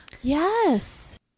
yes